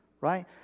right